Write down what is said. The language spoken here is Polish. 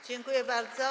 Dziękuję bardzo.